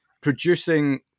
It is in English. producing